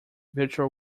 virtual